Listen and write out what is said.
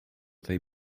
tej